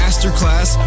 Masterclass